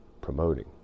promoting